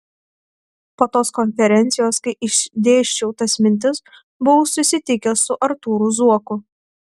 po tos konferencijos kai išdėsčiau tas mintis buvau susitikęs su artūru zuoku